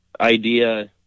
idea